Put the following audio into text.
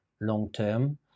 long-term